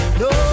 no